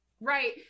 right